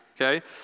okay